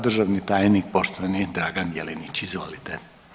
Državni tajnik, poštovani Dragan Jelenić, izvolite.